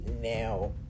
Now